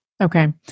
Okay